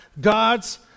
God's